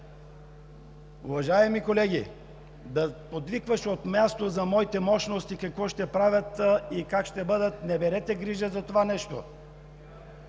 Уважаеми колеги, да подвикваш от място за моите мощности –какво ще правят и как ще бъдат, не берете грижа за това нещо.